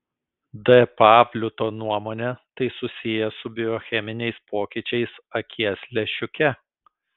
d pavliuto nuomone tai susiję su biocheminiais pokyčiais akies lęšiuke